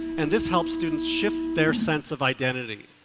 and this helps students' shift their sense of identity.